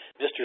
Mr